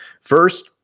First